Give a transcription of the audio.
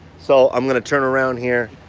so i'm gonna turn around here.